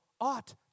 ought